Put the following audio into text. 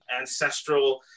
ancestral